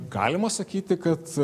galima sakyti kad